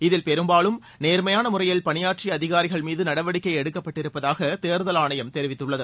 இதில் பெரும்பாலும் நேர்மையான முறையில் பணியாற்றிய அதிகாரிகள் மீது நடவடிக்கை எடுக்கப்பட்டிருப்பதாக தேர்தல் ஆணையம் தெரிவித்துள்ளது